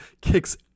kicks